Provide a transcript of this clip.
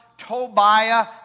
Tobiah